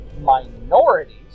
minorities